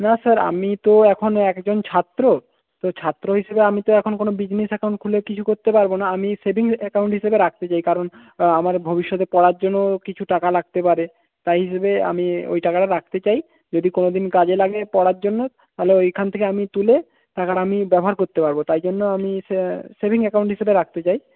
না স্যার আমি তো এখন একজন ছাত্র তো ছাত্র হিসেবে আমি তো এখন কোনো বিজনেস অ্যাকাউন্ট খুলে কিছু করতে পারবো না আমি সেভিং অ্যাকাউন্ট হিসাবে রাখতে চাই কারণ আমার ভবিষ্যতের পড়ার জন্য কিছু টাকা লাগতে পারে তাই হিসেবে আমি ওই টাকাটা রাখতে চাই যদি কোনোদিন কাজে লাগে পড়ার জন্য তাহলে ওইখান থেকে আমি তুলে টাকাটা আমি ব্যবহার করতে পারবো তাই জন্য আমি সেভিং অ্যাকাউন্ট হিসেবে রাখতে চাই